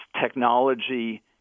technology